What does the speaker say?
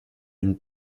une